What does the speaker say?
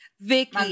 Vicky